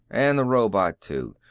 and the robot, too.